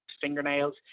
fingernails